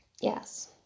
yes